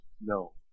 No